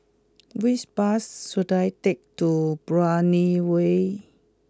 which bus should I take to Brani Way